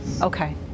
Okay